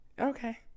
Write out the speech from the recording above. Okay